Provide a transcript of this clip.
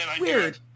Weird